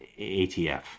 ATF